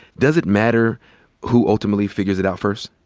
does it matter who ultimately figures it out first?